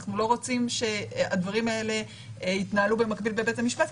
אנחנו לא רוצים שהדברים האלה יתנהלו במקביל בבית המשפט,